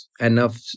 enough